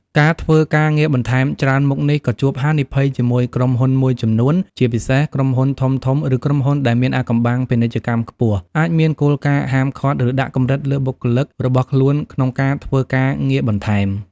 ការធ្វើការងារបន្ថែមច្រើនមុខនេះក៏ជួបហានិភ័យជាមួយក្រុមហ៊ុនមួយចំនួន ជាពិសេសក្រុមហ៊ុនធំៗ ឬក្រុមហ៊ុនដែលមានអាថ៌កំបាំងពាណិជ្ជកម្មខ្ពស់ អាចមានគោលការណ៍ហាមឃាត់ ឬដាក់កម្រិតលើបុគ្គលិករបស់ខ្លួនក្នុងការធ្វើការងារបន្ថែម។